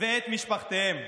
ואת משפחותיהם.